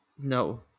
No